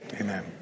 Amen